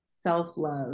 self-love